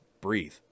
breathe